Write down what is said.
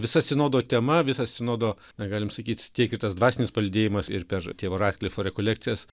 visa sinodo tema visas sinodo na galim sakyt tiek ir tas dvasinis palydėjimas ir per tėvo ratklifo rekolekcijas